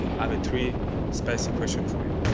i have three spicy questions for you.